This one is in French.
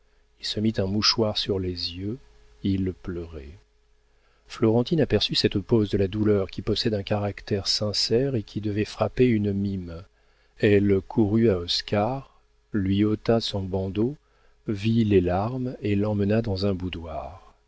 se mit un mouchoir sur les yeux il pleurait florentine aperçut cette pose de la douleur qui possède un caractère sincère et qui devait frapper une mime elle courut à oscar lui ôta son bandeau vit les larmes et l'emmena dans un boudoir